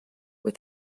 with